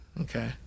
Okay